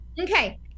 Okay